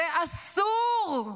ואסור,